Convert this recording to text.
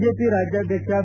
BJP ರಾಜ್ಯಾಧ್ವಕ್ಷ B